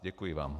Děkuji vám.